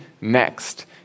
next